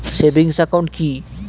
Savings account কি?